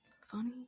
Funny